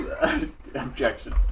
Objection